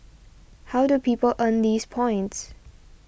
how do people earn these points